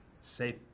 safe